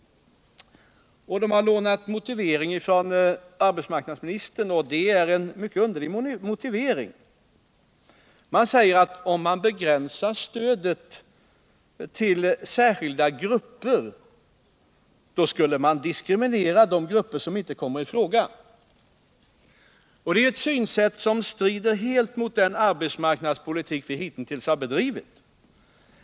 Man har lånat motiveringen, som är mycket underlig, från arbetsmarknadsministern. Man säger att om man begränsar stödet till särskilda grupper, skulle man diskriminera de grupper som inte kommer i fråga. Det är ett synsätt som helt strider mot den arbetsmarknadspolitik vi hitintills bedrivit.